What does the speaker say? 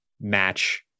match